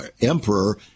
emperor